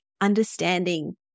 understanding